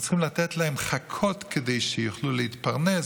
אנחנו צריכים לתת להם חכות כדי שיוכלו להתפרנס,